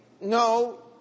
no